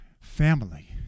family